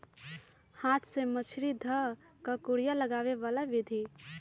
हाथ से मछरी ध कऽ कुरिया लगाबे बला विधि